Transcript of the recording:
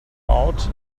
out